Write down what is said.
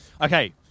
Okay